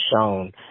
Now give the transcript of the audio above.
shown